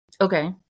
Okay